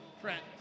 Trent